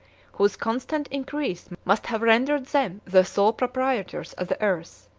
whose constant increase must have rendered them the sole proprietors of the earth,